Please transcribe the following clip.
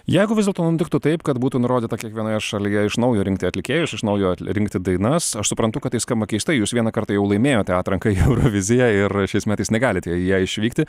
jeigu vis dėlto nutiktų taip kad būtų nurodyta kiekvienoje šalyje iš naujo rinkti atlikėjus iš naujo rinkti dainas aš suprantu kad tai skamba keistai jūs vieną kartą jau laimėjote atranką į euroviziją ir šiais metais negalite į ją išvykti